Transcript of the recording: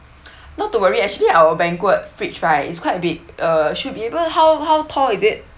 not to worry actually our banquet fridge right is quite big uh should be able how how tall is it